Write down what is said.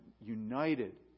united